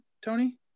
Tony